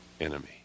enemy